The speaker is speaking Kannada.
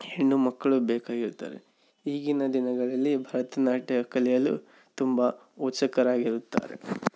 ಹೆಣ್ಣುಮಕ್ಕಳು ಬೇಕಾಗಿರ್ತಾರೆ ಈಗಿನ ದಿನಗಳಲ್ಲಿ ಭರತನಾಟ್ಯ ಕಲಿಯಲು ತುಂಬ ಉತ್ಸುಕರಾಗಿರುತ್ತಾರೆ